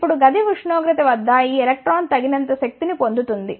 ఇప్పుడు గది ఉష్ణోగ్రత వద్ద ఈ ఎలక్ట్రాన్ తగినంత శక్తిని పొందుతుంది